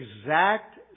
exact